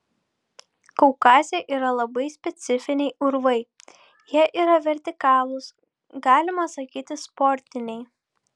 kaukaze yra labai specifiniai urvai jie yra vertikalūs galima sakyti sportiniai